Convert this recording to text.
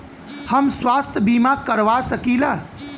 हम स्वास्थ्य बीमा करवा सकी ला?